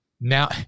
now